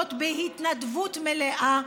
האחרונות בהתנדבות מלאה.